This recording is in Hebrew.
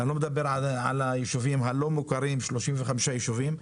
ואני לא מדבר על הישובים הלא מוכרים, 35 ישובים.